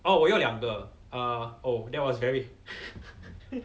oh 我有两个 uh oh that was very